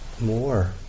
more